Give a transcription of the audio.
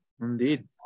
Indeed